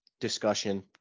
discussion